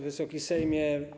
Wysoki Sejmie!